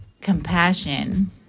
compassion